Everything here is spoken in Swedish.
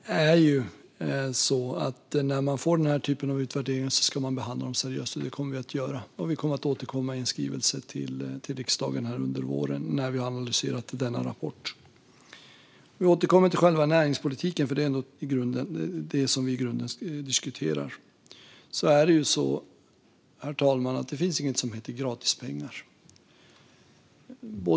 Herr talman! När man får denna typ av utvärdering ska man behandla den seriöst, och det kommer vi att göra. Vi kommer att återkomma i en skrivelse till riksdagen under våren när vi har analyserat denna rapport. Jag återkommer nu till själva näringspolitiken, för det är ändå den som vi i grunden diskuterar. Det finns inget, herr talman, som heter gratispengar.